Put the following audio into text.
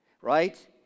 right